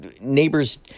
neighbors